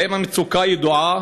1. האם המצוקה ידועה?